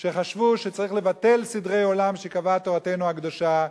שחשבו שצריך לבטל סדרי עולם שקבעה תורתנו הקדושה,